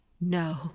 No